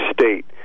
state